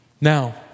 Now